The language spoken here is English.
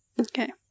okay